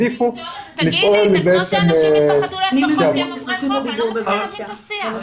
אני לא מצליחה להבין את השיח.